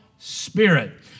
Spirit